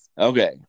Okay